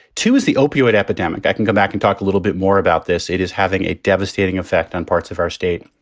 too, is the opioid epidemic. i can go back and talk a little bit more about this. it is having a devastating effect on parts of our state.